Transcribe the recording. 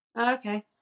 okay